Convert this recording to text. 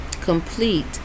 complete